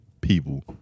people